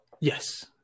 Yes